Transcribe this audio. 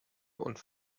und